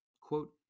quote